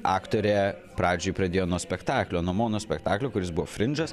aktorė pradžiai pradėjo nuo spektaklio nuo monospektaklio kuris buvo frinžas